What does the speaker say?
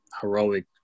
heroic